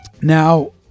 Now